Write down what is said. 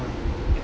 ah